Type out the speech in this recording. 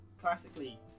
classically